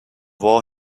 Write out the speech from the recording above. war